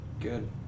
Good